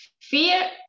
fear